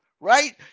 right